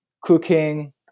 cooking